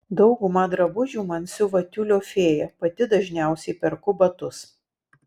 daugumą drabužių man siuva tiulio fėja pati dažniausiai perku batus